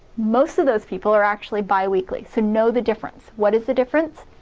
most of those people are actually bi-weekly. so know the difference. what is the difference?